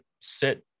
set